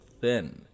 thin